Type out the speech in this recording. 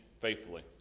faithfully